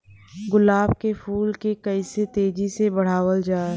गुलाब क फूल के कइसे तेजी से बढ़ावल जा?